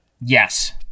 Yes